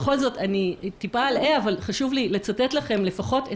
ראשית, נכון, המכתב, שאני מצטטת מתוכו,